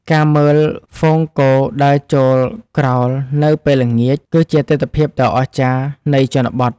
ការមើលហ្វូងគោដើរចូលក្រោលនៅពេលល្ងាច គឺជាទិដ្ឋភាពដ៏អស្ចារ្យនៃជនបទ។